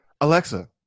Alexa